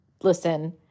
listen